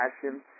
passion